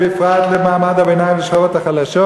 ובפרט למעמד הביניים ולשכבות החלשות,